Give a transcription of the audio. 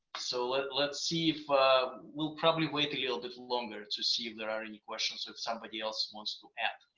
so let's let's see if we'll probably wait a little bit longer to see if there are any questions if somebody else wants to add.